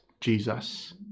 Jesus